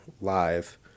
live